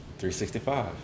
365